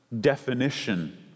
definition